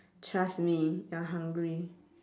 trust me you're hungry